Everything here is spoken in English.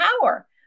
power